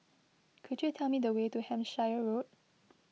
could you tell me the way to Hampshire Road